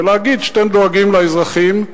ולהגיד שאתם דואגים לאזרחים,